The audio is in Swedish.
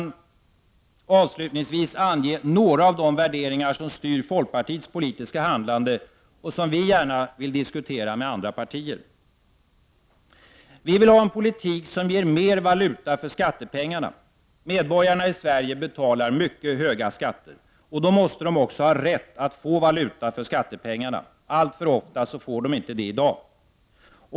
Låt mig avslutningsvis ange några av de värderingar som styr folkpartiets politiska handlande och som vi gärna vill diskutera med andra partier. Vi vill ha en politik som ger mer valuta för skattepengarna. Medborgarna i Sverige betalar höga skatter. Då måste människor också ha rätt att få valuta för skattepengarna. Alltför ofta får de inte det i dag.